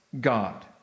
God